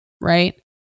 right